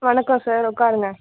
வணக்கம் சார் உட்காருங்க